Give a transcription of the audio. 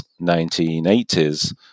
1980s